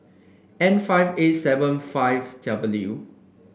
N five A seven five W